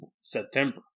September